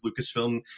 Lucasfilm